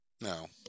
no